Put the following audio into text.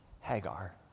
Hagar